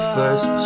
First